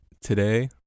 Today